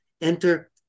Enter